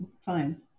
Fine